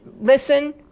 Listen